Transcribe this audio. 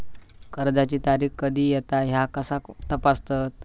कर्जाची तारीख कधी येता ह्या कसा तपासतत?